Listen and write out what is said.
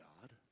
God